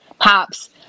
Pops